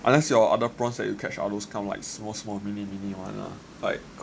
unless your other prawns that you catch are all those kind of like small small mini mini [one] lah like